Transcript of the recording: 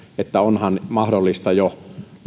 että onhan mahdollista jo